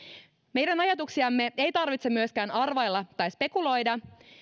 meidän ajatuksiamme ei tarvitse myöskään arvailla tai spekuloida